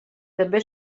també